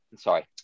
sorry